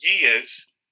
years